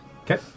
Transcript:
Okay